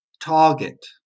target